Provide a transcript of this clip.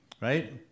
right